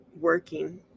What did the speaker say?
working